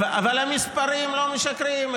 המספרים לא משקרים.